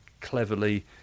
cleverly